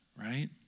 right